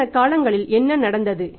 கடந்த காலங்களில் என்ன நடந்தது